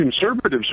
conservatives